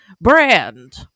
Brand